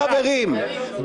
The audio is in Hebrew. חברים,